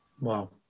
wow